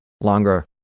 longer